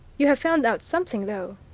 you have found out something, though?